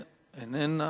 איננה.